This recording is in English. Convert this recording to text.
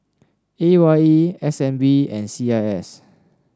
A Y E S N B and C I S